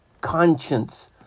conscience